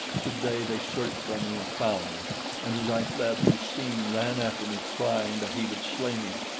today they searched for me and found me and as i fled, du-seen ran after me crying that he would slay me.